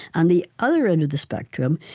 on the other end of the spectrum,